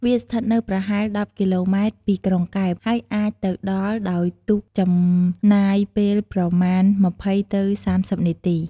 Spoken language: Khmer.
វាស្ថិតនៅប្រហែល ១០ គីឡូម៉ែត្រពីក្រុងកែប ហើយអាចទៅដល់ដោយទូកចំណាយពេលប្រមាណ ២០ ទៅ ៣០ នាទី។